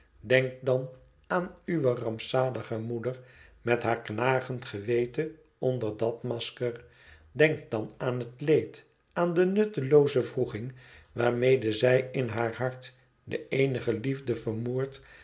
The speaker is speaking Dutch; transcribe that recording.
denk dan aan uwe rampzalige moeder met haar knagend geweten onder dat masker denk dan aan het leed aan de nuttelooze wroeging waarmede zij in haar hart de eenige liefde vermoordt